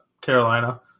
Carolina